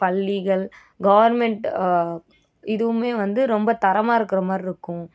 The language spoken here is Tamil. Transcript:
பள்ளிகள் கவர்மெண்ட் இதுவுமே வந்து ரொம்ப தரமாக இருக்கிற மாதிரி இருக்கும்